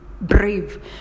brave